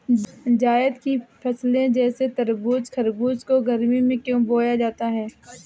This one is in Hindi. जायद की फसले जैसे तरबूज़ खरबूज को गर्मियों में क्यो बोया जाता है?